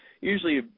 Usually